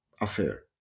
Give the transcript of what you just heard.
affair